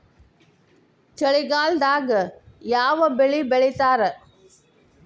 ಚಳಿಗಾಲದಾಗ್ ಯಾವ್ ಬೆಳಿ ಬೆಳಿತಾರ?